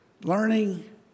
learning